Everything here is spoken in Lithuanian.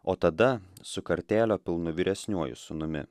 o tada su kartėlio pilnu vyresniuoju sūnumi